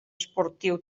esportiu